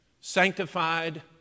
sanctified